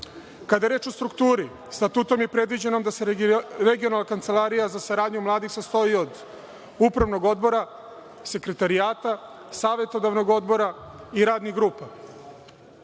je reč o strukturi, sa Tutom je predviđeno da se regionalna Kancelarija za saradnju mladih se sastoji od – upravnog odbora, sekretarijata, savetodavnog odbora i radnih